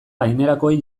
gainerakoei